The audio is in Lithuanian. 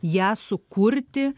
ją sukurti